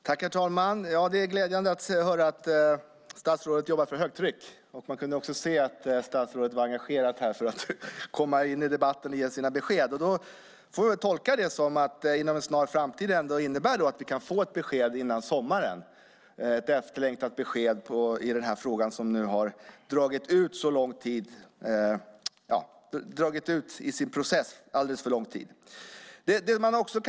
Herr talman! Det är glädjande att höra att statsrådet jobbar för högtryck. Vi kunde tidigare höra att statsrådet är engagerad och vill ge besked. Det får vi tolka som att vi inom en snar framtid, före sommaren, kan få besked. Det är ett efterlängtat besked i en fråga där processen dragit ut på tiden alldeles för länge.